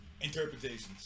interpretations